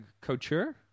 Couture